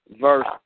verse